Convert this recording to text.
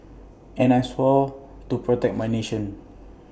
and I swore to protect my nation